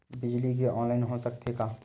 बिजली के ऑनलाइन हो सकथे का?